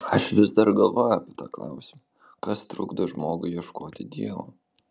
aš vis dar galvoju apie tą klausimą kas trukdo žmogui ieškoti dievo